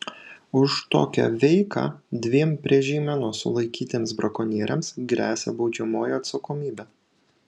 už tokią veiką dviem prie žeimenos sulaikytiems brakonieriams gresia baudžiamoji atsakomybė